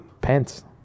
pants